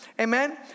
Amen